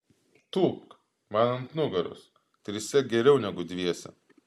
tūpk man ant nugaros trise geriau negu dviese